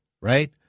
right